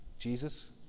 Jesus